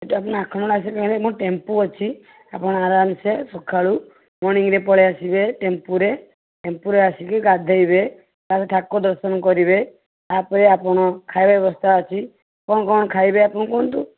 ଯଦି ଆପଣ ଆଖଣ୍ଡଳମଣି ଆସିବାକୁ ଚାହିଁବେ ମୋ ଟେମ୍ପୁ ଅଛି ଆପଣ ଆରାମ ସେ ସକାଳୁ ମର୍ନିଙ୍ଗରେ ପଳାଇ ଆସିବେ ଟେମ୍ପୁରେ ଟେମ୍ପୁରେ ଆସିକି ଗାଧୋଇବେ ତା'ପରେ ଠାକୁର ଦର୍ଶନ କରିବେ ତା'ପରେ ଆପଣ ଖାଇବା ବ୍ୟବସ୍ଥା ଅଛି କ'ଣ କ'ଣ ଖାଇବେ ଆପଣ କୁହନ୍ତୁ